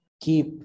keep